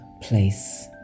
place